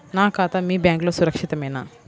నా ఖాతా మీ బ్యాంక్లో సురక్షితమేనా?